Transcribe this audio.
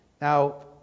Now